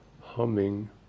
humming